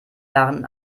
jahren